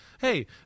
hey